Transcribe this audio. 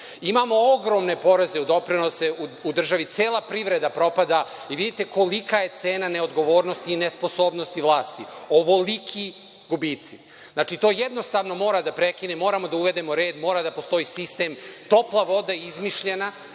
ogromne poreze i doprinose u državi. Cela privreda propada i vidite kolika je cena neodgovornosti i nesposobnosti vlasti. Ovoliki gubici. To jednostavno mora da se prekine, moramo da uvedemo red, mora da postoji sistem. Topla voda je izmišljena.